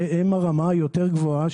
שהם הרמה היותר גבוהה,